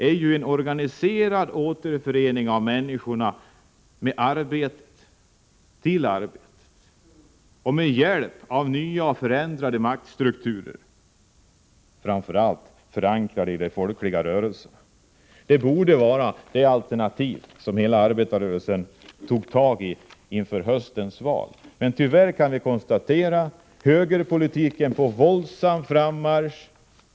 Det är en organiserad återförening av människorna till arbetet. Det skall ske med hjälp av nya och förändrade maktstrukturer, framför allt förankrade i de folkliga rörelserna. Det borde vara detta alternativ som hela arbetarrörelsen eftersträvar inför höstens val. Tyvärr kan vi konstatera att högerpolitiken är på våldsam frammarsch.